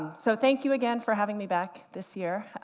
so thank you again for having me back this year,